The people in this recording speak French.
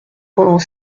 pendant